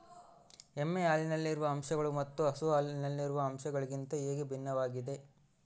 ಎಮ್ಮೆ ಹಾಲಿನಲ್ಲಿರುವ ಅಂಶಗಳು ಮತ್ತು ಹಸು ಹಾಲಿನಲ್ಲಿರುವ ಅಂಶಗಳಿಗಿಂತ ಹೇಗೆ ಭಿನ್ನವಾಗಿವೆ?